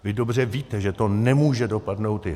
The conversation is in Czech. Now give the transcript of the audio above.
Vy dobře víte, že to nemůže dopadnout jinak.